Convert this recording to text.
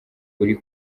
uri